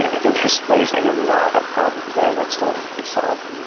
i think there's there's a lot of problems there that still need to be solved,